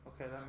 Okay